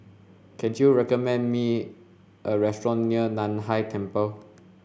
can you recommend me a restaurant near Nan Hai Temple